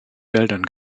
wäldern